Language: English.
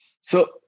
So-